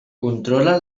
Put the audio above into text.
controla